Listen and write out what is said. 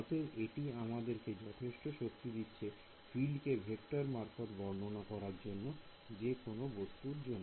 অতএব এটি আমাদেরকে যথেষ্ট শক্তি দিচ্ছে ফিল্ডকে ভেক্টর মারফত বর্ণনা করার জন্য যে কোন বস্তুর জন্য